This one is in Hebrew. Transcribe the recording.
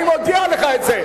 אני מודיע לך את זה.